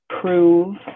prove